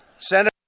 Senator